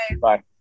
Bye